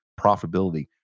profitability